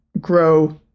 grow